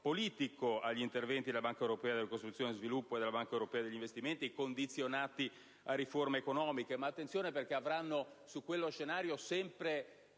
politico agli interventi della Banca europea per la ricostruzione e lo sviluppo e della Banca europea per gli investimenti condizionati a riforme economiche; ma attenzione, perché su quello scenario